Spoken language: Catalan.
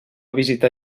visitar